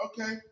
Okay